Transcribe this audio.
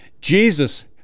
Jesus